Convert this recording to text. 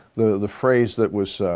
the the phrase that was